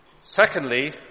Secondly